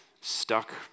stuck